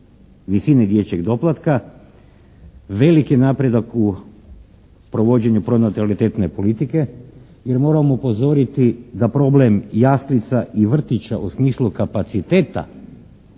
visine dječjeg doplatka veliki napredak u provođenju pronatalitetne politike jer moram upozoriti da problem jaslica i vrtića u smislu kapaciteta